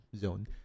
zone